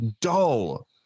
dull